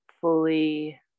fully